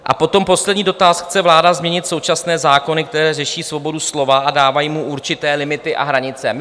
A potom poslední dotaz: chce vláda změnit současné zákony, které řeší svobodu slova a dávají mu určité limity a hranice?